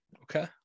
Okay